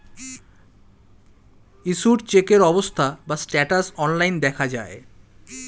issued চেকের অবস্থা বা স্ট্যাটাস অনলাইন দেখা যায়